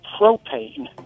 propane